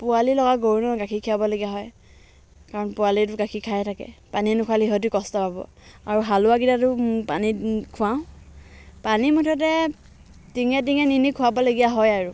পোৱালি লগা গৰু ন গাখীৰ খীৰাবলগীয়া হয় কাৰণ পোৱালিয়েতো গাখীৰ খায়ে থাকে পানী নুখুৱালে ইহঁতিও কষ্ট পাব আৰু হালোৱাকেইটাতো পানী খুৱাওঁ পানী মুঠতে টিঙে টিঙে নি নি খুৱাবলগীয়া হয় আৰু